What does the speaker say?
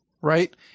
right